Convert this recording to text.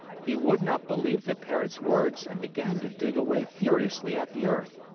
he would not believe the parrot's words and began to dig away furiously at the earth.